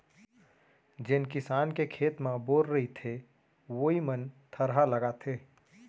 जेन किसान के खेत म बोर रहिथे वोइ मन थरहा लगाथें